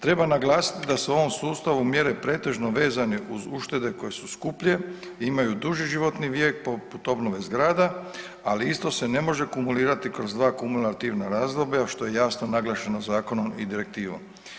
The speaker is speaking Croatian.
Treba naglasiti da se u ovom sustavu mjere pretežno vezane uz štede koje su skuplje i imaju duži životni vijek, poput obnove zgrada, ali isto se ne može kumulirati kroz 2 kumulativna razdoblja što je jasno naglašeno zakonom i direktivom.